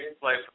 play